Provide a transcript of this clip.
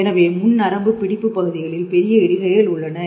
எனவே முன் நரம்பு பிடிப்பு பகுதிகளில் பெரிய இடுகைகள் உள்ளன